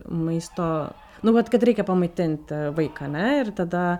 maisto nu vat kad reikia pamaitinti vaiką ane ir tada